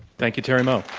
thank you, terry moe.